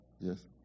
Yes